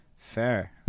Fair